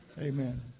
Amen